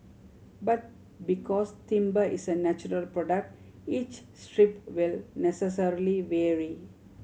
but because timber is a natural product each strip will necessarily vary